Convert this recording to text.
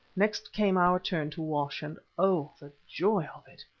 next came our turn to wash, and oh, the joy of it!